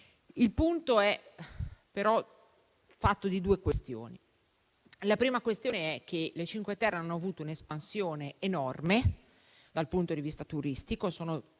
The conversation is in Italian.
Il punto, però, è fatto di due questioni: la prima è che le Cinque Terre hanno avuto un'espansione enorme dal punto di vista turistico, sono